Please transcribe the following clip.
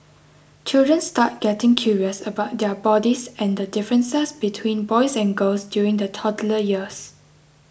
children start getting curious about their bodies and the differences between boys and girls during the toddler years